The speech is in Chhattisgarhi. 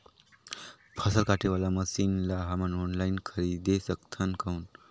फसल काटे वाला मशीन ला हमन ऑनलाइन खरीद सकथन कौन?